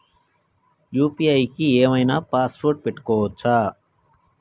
UPI కి ఏం ఐనా పాస్వర్డ్ పెట్టుకోవచ్చా?